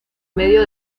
medio